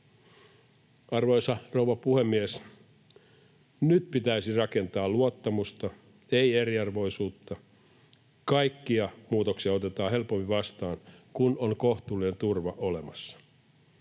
Arvoisa rouva puhemies! Nyt pitäisi rakentaa luottamusta, ei eriarvoisuutta. Kaikkia muutoksia otetaan helpommin vastaan, kun on kohtuullinen turva olemassa.